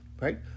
Right